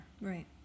right